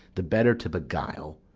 the better to beguile.